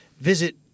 visit